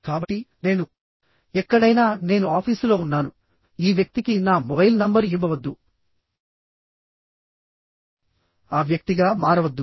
కాబట్టి నేను ఎక్కడైనా నేను ఆఫీసులో ఉన్నాను ఈ వ్యక్తికి నా మొబైల్ నంబర్ ఇవ్వవద్దు ఆ వ్యక్తిగా మారవద్దు